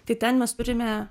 tai ten mes turime